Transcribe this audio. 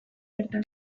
bertan